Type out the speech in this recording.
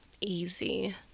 easy